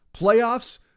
playoffs